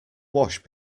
wash